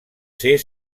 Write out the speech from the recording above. ser